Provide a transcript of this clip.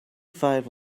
five